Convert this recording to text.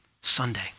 Sunday